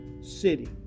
city